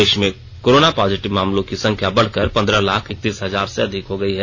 देश में corona positive मामलों की संख्या बढ़कर पंद्रह लाख इकतीस हजार से अधिक हो गई है